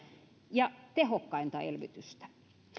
ja tehokkainta elvytystä